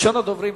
ראשון הדוברים,